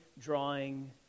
drawing